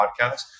podcast